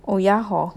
oh yeah hor